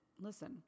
listen